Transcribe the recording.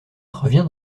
revient